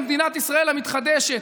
במדינת ישראל המתחדשת.